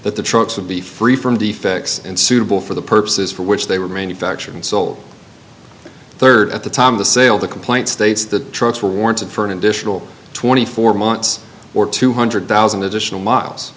that the trucks would be free from defects and suitable for the purposes for which they were manufactured and sold rd at the time of the sale the complaint states that trucks were warranted for an additional twenty four months or two hundred thousand additional miles